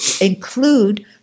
include